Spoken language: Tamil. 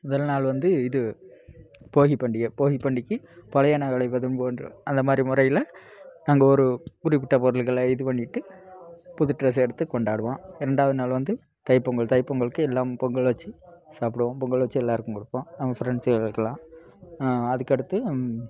முதல் நாள் வந்து இது போகிப் பண்டிகை போகிப் பண்டிகைக்கி பழையன கழிவதும் போன்று அந்த மாதிரி முறையில நாங்கள் ஒரு குறிப்பிட்ட பொருள்கள இது பண்ணிட்டு புது ட்ரெஸ் எடுத்து கொண்டாடுவோம் இரண்டாவது நாள் வந்து தைப்பொங்கல் தைப்பொங்கலுக்கு எல்லாம் பொங்கல் வச்சு சாப்பிடுவோம் பொங்கல் வச்சு எல்லோருக்கும் கொடுப்போம் நம்ம ஃப்ரெண்ட்ஸுங்களுக்குலாம் அதுக்கடுத்து